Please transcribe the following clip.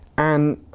and